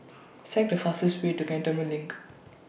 Select The fastest Way to Cantonment LINK